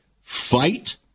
fight